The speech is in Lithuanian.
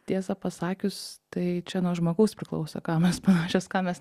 tiesa pasakius tai čia nuo žmogaus priklauso į ką mes panašios į ką mes